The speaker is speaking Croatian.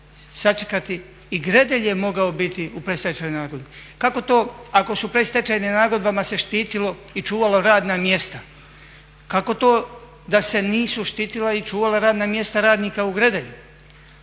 sačekati i Gredelj je mogao biti u predstečajnoj nagodbi. Kako to ako se predstečajnim nagodbama štitilo i čuvalo radna mjesta, kako to da se nisu štitila i čuvala radna mjesta radnika u Gredelju,